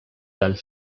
dal